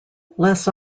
less